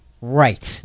Right